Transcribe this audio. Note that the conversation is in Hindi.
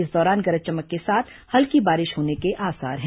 इस दौरान गरज चमक के साथ हल्की बारिश होने के आसार हैं